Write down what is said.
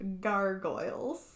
gargoyles